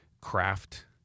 craft